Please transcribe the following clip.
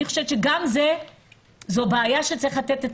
אני חושבת שגם זו בעיה שצריך לתת עליה